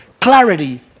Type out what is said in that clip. clarity